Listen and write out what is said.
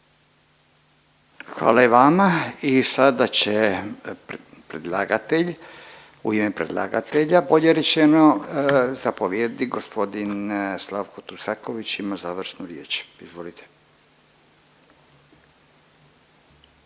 Hvala i vama. I sada će predlagatelj u ime predlagatelja bolje rečeno, zapovjednik g. Slavko Tucaković imat završnu riječ. Izvolite.